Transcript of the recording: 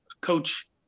coach